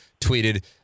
tweeted